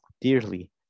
dearly